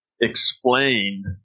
explained